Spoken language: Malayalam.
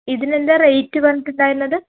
ഇതിനെന്താ റേറ്റ് പറഞ്ഞിട്ടു ണ്ടായിരുന്നത്